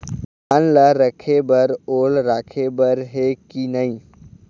धान ला रखे बर ओल राखे बर हे कि नई?